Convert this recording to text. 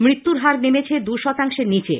মৃত্যুর হার নেমেছে দুই শতাংশের নীচে